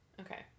Okay